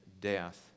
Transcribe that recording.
death